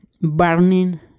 burning